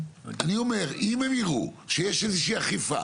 אם הם יראו שיש איזושהי אכיפה